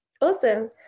Awesome